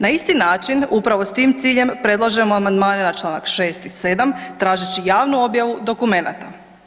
Na isti način upravo s tim ciljem, predlažemo amandmane na čl. 6. i 7., tražeći javnu objavu dokumenata.